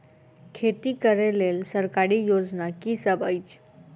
खेती करै लेल सरकारी योजना की सब अछि?